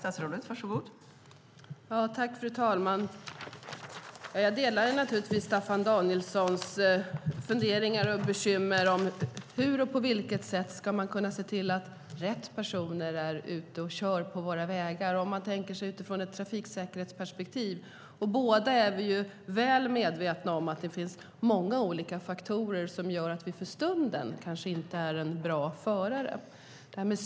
Fru talman! Jag delar Staffan Danielsson funderingar och bekymmer. Hur och på vilket sätt ska man kunna se till att rätt personer är ute och kör på våra vägar utifrån ett trafiksäkerhetsperspektiv? Vi är båda väl medvetna om att det finns många olika faktorer som gör att vi för stunden kanske inte är en bra förare.